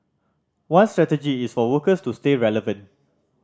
one strategy is for workers to stay relevant